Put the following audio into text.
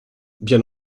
bien